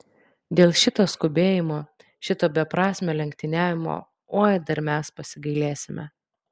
dėl šito skubėjimo šito beprasmio lenktyniavimo oi dar mes pasigailėsime